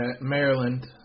Maryland